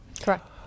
Correct